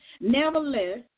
Nevertheless